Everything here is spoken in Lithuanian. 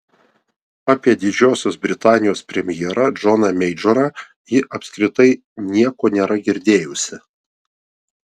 apie didžiosios britanijos premjerą džoną meidžorą ji apskritai nieko nėra girdėjusi